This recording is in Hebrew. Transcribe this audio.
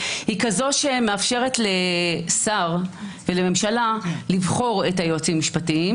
היא כזו שמאפשרת לשר ולממשלה לבחור את היועצים המשפטיים